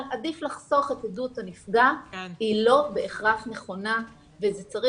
עדיף לחסוך את עדות הנפגע היא לא בהכרח נכונה וצריך